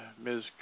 Ms